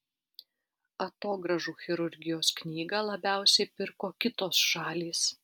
atogrąžų chirurgijos knygą labiausiai pirko kitos šalys